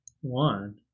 one